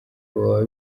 baba